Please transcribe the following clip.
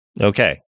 okay